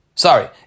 Sorry